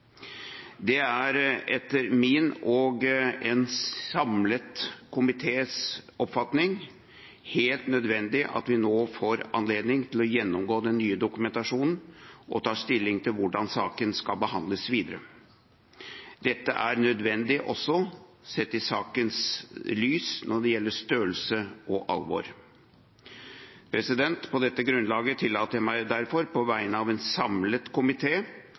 Det er etter min og en samlet komités oppfatning helt nødvendig at vi nå får anledning til å gjennomgå den nye dokumentasjonen og ta stilling til hvordan saken skal behandles videre. Dette er nødvendig også sett i lys av sakens størrelse og alvor. På dette grunnlaget tillater jeg meg derfor på vegne av en samlet